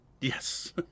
Yes